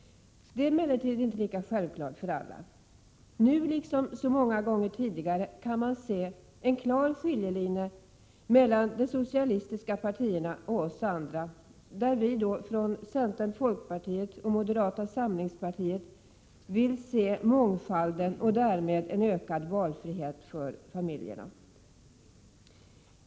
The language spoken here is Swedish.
Det är emellertid inte lika självklart för alla. Nu liksom många gånger tidigare kan man se en klar skiljelinje mellan de socialistiska partierna och oss andra, där vi från centern, folkpartiet och moderata samlingspartiet vill se mångfalden och därmed en ökad valfrihet för barnfamiljerna.